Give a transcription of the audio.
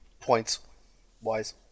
points-wise